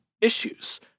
issues